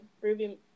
Ruby